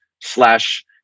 slash